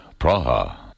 Praha